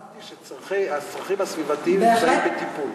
אמרתי שהצרכים הסביבתיים בטיפול.